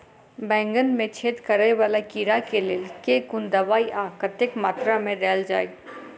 बैंगन मे छेद कराए वला कीड़ा केँ लेल केँ कुन दवाई आ कतेक मात्रा मे देल जाए?